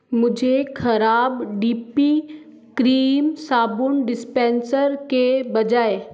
मुझे खराब D P cream साबुन डिस्पेंसर के बजाए